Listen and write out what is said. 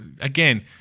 again